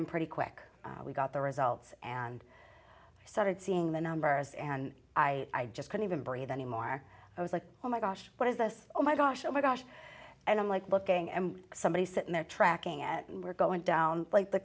in pretty quick we got the results and i started seeing the numbers and i just couldn't even breathe anymore i was like oh my gosh what is this oh my gosh oh my gosh i don't like looking and somebody's sitting there tracking at and we're going down like the